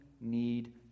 need